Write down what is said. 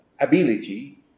ability